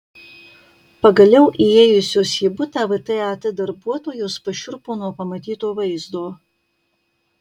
pagaliau įėjusios į butą vtat darbuotojos pašiurpo nuo pamatyto vaizdo